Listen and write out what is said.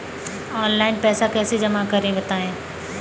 Online पैसा कैसे जमा करें बताएँ?